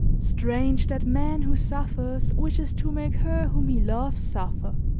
strange that man who suffers wishes to make her, whom he loves, suffer!